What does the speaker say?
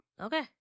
okay